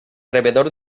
rebedor